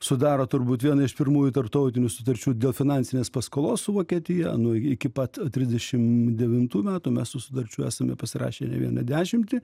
sudaro turbūt vieną iš pirmųjų tarptautinių sutarčių dėl finansinės paskolos su vokietija nu iki pat trisdešim devintų metų mes tų sutarčių esame pasirašę ne vieną dešimtį